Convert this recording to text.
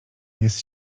jest